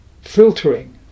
filtering